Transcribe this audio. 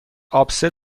آبسه